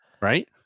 right